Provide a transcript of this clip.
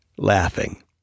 laughing